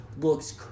looks